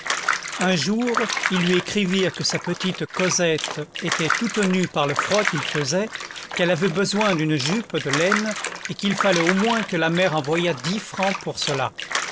un jour ils lui écrivirent que sa petite cosette était toute nue par le froid qu'il faisait qu'elle avait besoin d'une jupe de laine et qu'il fallait au moins que la mère envoyât dix francs pour cela